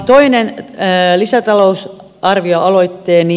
toinen ee lisätalous arvio aloitteeni